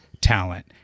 talent